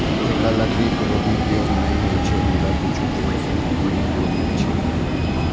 एकर लकड़ी के रूप मे उपयोग नै होइ छै, मुदा किछु के औषधीय उपयोग होइ छै